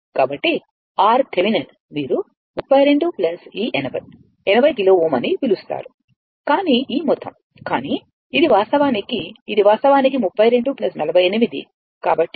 కాబట్టి RThevenin మీరు 32 ఈ 80 80 కిలో Ωఅని పిలుస్తారు కానీ ఈ మొత్తం కానీ ఇది వాస్తవానికి ఇది వాస్తవానికి 32 48